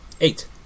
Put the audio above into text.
Eight